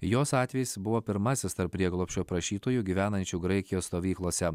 jos atvejis buvo pirmasis tarp prieglobsčio prašytojų gyvenančių graikijos stovyklose